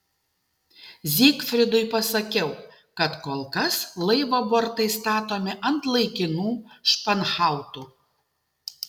zygfridui pasakiau kad kol kas laivo bortai statomi ant laikinų španhautų